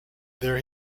there